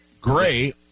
Gray